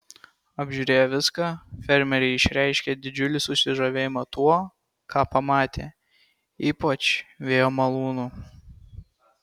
apžiūrėję viską fermeriai išreiškė didžiulį susižavėjimą tuo ką pamatė ypač vėjo malūnu